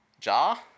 Jar